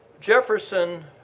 Jefferson